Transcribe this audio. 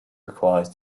requires